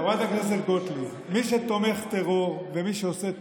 חברת הכנסת גוטליב, מי שתומך טרור ומי שעושה טרור,